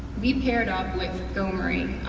we paired up with gomri,